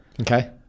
Okay